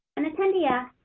an attendee yeah